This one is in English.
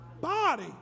body